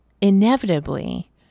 inevitably